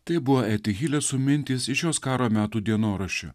taip buvo eti hilesum mintys iš jos karo metų dienoraščio